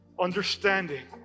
understanding